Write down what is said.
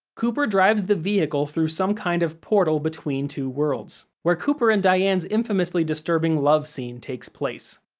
cooper drives the vehicle through some kind of portal between two worlds, where cooper and diane's infamously disturbing love scene takes place.